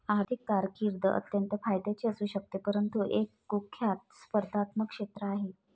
आर्थिक कारकीर्द अत्यंत फायद्याची असू शकते परंतु हे एक कुख्यात स्पर्धात्मक क्षेत्र आहे